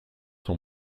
son